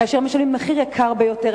כאשר הם משלמים מחיר יקר ביותר.